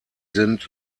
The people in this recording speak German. sind